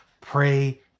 pray